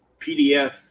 PDF